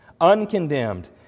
uncondemned